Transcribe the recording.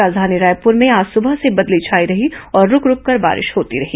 राजधानी रायपुर में आज सुबह से बदली छाई रही और रूक रूककर बारिश होती रही